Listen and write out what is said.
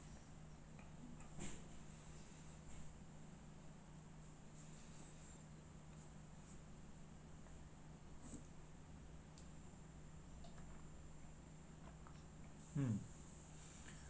mm